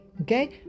okay